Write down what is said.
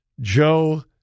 Joe